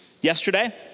yesterday